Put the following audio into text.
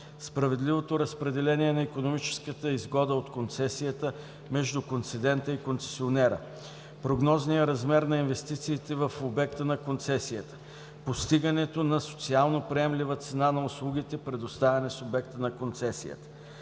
справедливото разпределение на икономическата изгода от концесията между концедента и концесионера, прогнозният размер на инвестициите в обекта на концесията, постигането на социално приемлива цена на услугите, предоставени с обекта на концесия.